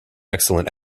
excellent